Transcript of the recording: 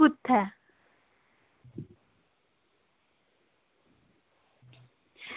कु'त्थै